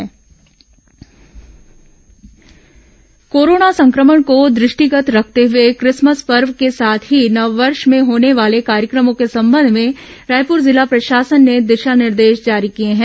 Raipur corona दिशा निर्देश corona संक्रमण को दुष्टिगत रखते हुए क्रिसमस पर्व के साथ ही नववर्ष में होने वाले कार्यक्रमों के संबंध में रायपुर जिला प्रशासन ने दिशा निर्देश जारी किए हैं